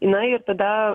na ir tada